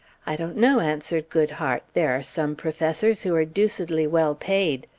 i don't know answered goodhart, there are some professors who are deucedly well paid.